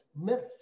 myths